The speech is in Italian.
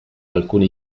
alcune